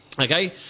okay